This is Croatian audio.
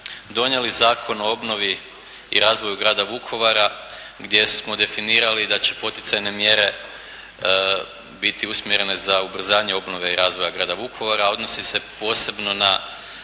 donijeli Zakon o obnovi i razvoju grada Vukovara gdje smo definirali da će poticajne mjere biti usmjerene za ubrzanje obnove i razvoja grada Vukovara, a odnosi se posebno na